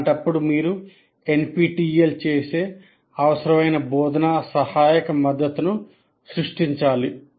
అలాంటప్పుడు మీరు NPTEL చేసే అవసరమైన బోధనా సహాయక మద్దతును సృష్టించాలి